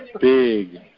big